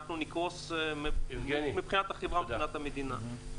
אנחנו נקרוס מבחינת החברה ומבחינת המדינה.